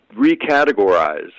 recategorize